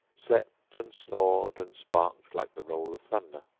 slept and snored and sparked like the roll of thunder.